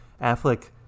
affleck